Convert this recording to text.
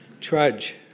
Trudge